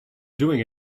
doing